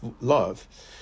love